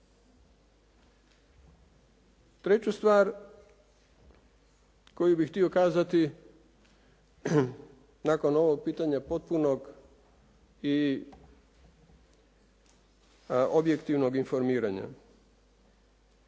Treću stvar koju bih htio kazati nakon ovog pitanja potpunog i objektivnog informiranja.